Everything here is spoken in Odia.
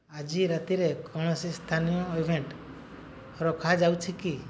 ଆଜି ରାତିରେ କୌଣସି ସ୍ଥାନୀୟ ଇଭେଣ୍ଟ୍ ରଖାଯାଉଛି କି